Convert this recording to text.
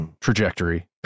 trajectory